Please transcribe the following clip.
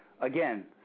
again